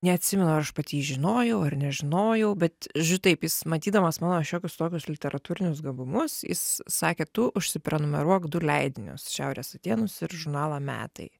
neatsimenu ar aš pati jį žinojau ar nežinojau bet žodžiu taip jis matydamas mano šiokius tokius literatūrinius gabumus jis sakė tu užsiprenumeruok du leidinius šiaurės atėnus ir žurnalą metai